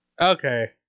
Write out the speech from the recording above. Okay